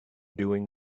doing